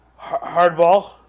hardball